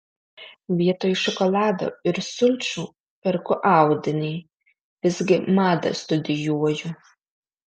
vietoj šokolado ir sulčių perku audinį visgi madą studijuoju